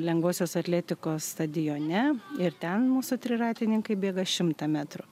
lengvosios atletikos stadione ir ten mūsų triratininkai bėga šimtą metrų